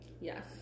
Yes